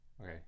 Okay